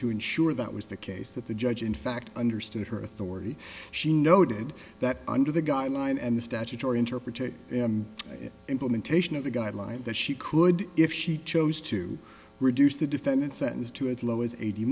to ensure that was the case that the judge in fact understood her authority she noted that under the guideline and the statutory interpretation implementation of the guidelines that she could if she chose to reduce the defendant's sentence to as low as